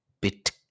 bit